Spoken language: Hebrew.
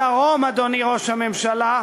הדרום, אדוני ראש הממשלה,